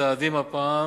הצעדים הפעם